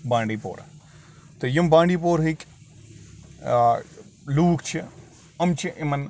بانڈی پورہ تہٕ یِم بانڈی پورہٕکۍ لوٗکھ چھِ یِم چھِ یِمَن